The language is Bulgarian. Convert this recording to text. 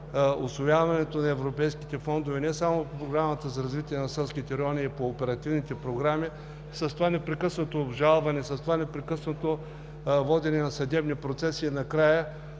усвояването на европейските фондове не само по Програмата за развитие на селските райони, а и по оперативните програми с това непрекъснато обжалване, с това непрекъснато водене на съдебни процеси. Накрая